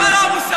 למה לא מוסרית?